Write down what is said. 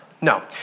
No